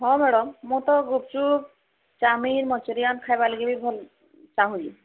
ହଁ ମ୍ୟାଡ଼ମ୍ ମୁଁ ତ ଗୁପଚୁପ ଚାଓମିନ ମଞ୍ଚୁରିଆମ ଖାଇବାର୍ ଲାଗି ବି ଭଲ ଚାହୁଁଚି